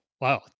wow